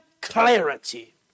clarity